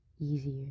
easier